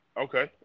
Okay